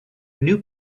new